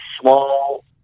small